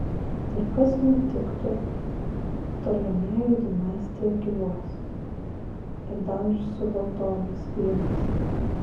kad ir kas nutiktų ptolemėjų dinastija gyvuos ir dar su valdovais vyrais